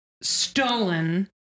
stolen